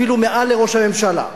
אפילו מעל לראש הממשלה,